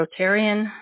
Rotarian